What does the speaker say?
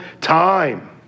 time